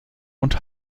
und